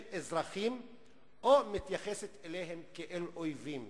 אזרחים או מתייחסת אליהם כאל אויבים.